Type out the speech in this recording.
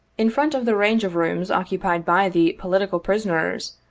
in front of the range of rooms occupied by the politi cal prisoners,